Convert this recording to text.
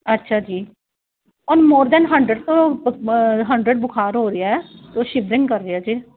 ਅੱਛਾ ਜੀ ਉਹਨੂੰ ਮੋਰ ਦੈਨ ਹੰਡਰਡ ਤੋਂ ਹੰਡਰਡ ਬੁਖ਼ਾਰ ਹੋ ਰਿਹਾ ਕੁਛ ਇੱਦਾਂ ਹੀ ਕਰ ਰਿਹਾ ਜੇ